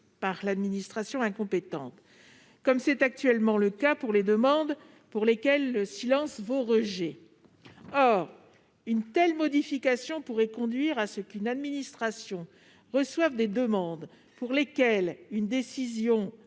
par une administration incompétente, comme c'est actuellement le cas pour les demandes pour lesquelles le silence vaut rejet. Or une telle modification pourrait conduire à une administration à recevoir des demandes pour lesquelles une décision